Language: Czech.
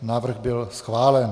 Návrh byl schválen.